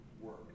work